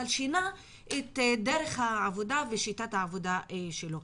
אבל שינה את דרך העבודה ושיטת העבודה שלו.